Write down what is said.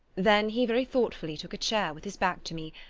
then he very thoughtfully took a chair, with his back to me,